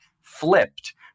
flipped